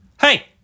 hey